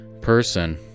person